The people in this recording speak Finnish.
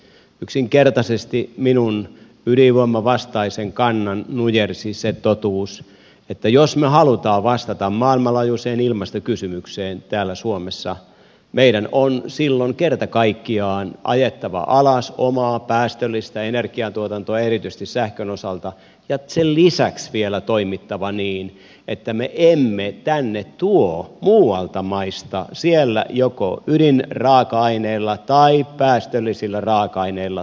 yksinkertaisesti minun ydinvoimavastaisen kantani nujersi se totuus että jos me haluamme vastata maailmanlaajuiseen ilmastokysymykseen täällä suomessa meidän on silloin kerta kaikkiaan ajettava alas omaa päästöllistä energiatuotantoa erityisesti sähkön osalta ja sen lisäksi vielä toimittava niin että me emme tänne tuo muista maista siellä joko ydinraaka aineilla tai päästöllisillä raaka aineilla tuotettua sähköä